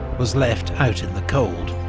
was left out in the cold.